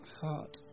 heart